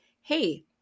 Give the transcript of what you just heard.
hey